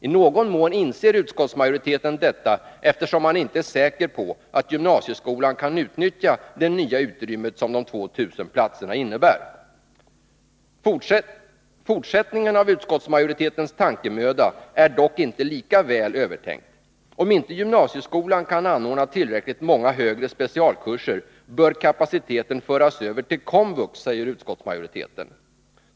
I någon mån inser utskottsmajoriteten detta, eftersom man inte är säker på att gymnasieskolan kan utnyttja det nya utrymmet som de 2 000 platserna innebär. Fortsättningen av utskottsmajoritetens tankemöda är dock inte lika väl övertänkt. Om inte gymnasieskolan kan anordna tillräckligt många högre specialkurser bör kapaciteten föras över till Komvux, säger utskottsmajoriteten.